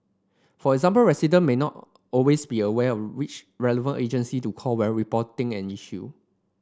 for example resident may not always be aware of which relevant agency to call where reporting an issue